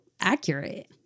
accurate